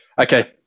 Okay